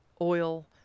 oil